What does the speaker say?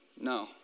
No